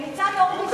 ניצן הורוביץ,